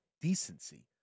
decency